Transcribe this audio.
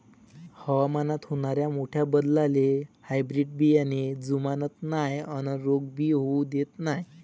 हवामानात होनाऱ्या मोठ्या बदलाले हायब्रीड बियाने जुमानत नाय अन रोग भी होऊ देत नाय